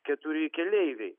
keturi keleiviai